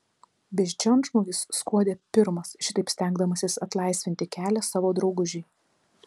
beždžionžmogis skuodė pirmas šitaip stengdamasis atlaisvinti kelią savo draugužiui